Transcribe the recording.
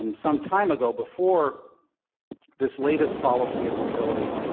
um some time ago, before this latest policy instability,